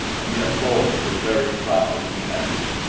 and yet both were very proud and happy.